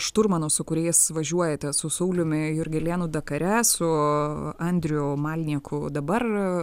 šturmanų su kuriais važiuojate su sauliumi jurgelėnu dakare su andriu malnieku dabar